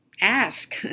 ask